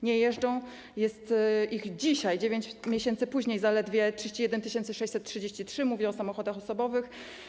Nie jeżdżą, jest ich dzisiaj, 9 miesięcy później, zaledwie 31 633, mówię o samochodach osobowych.